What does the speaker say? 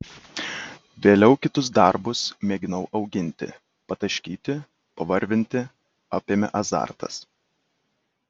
vėliau kitus darbus mėginau auginti pataškyti pavarvinti apėmė azartas